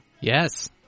Yes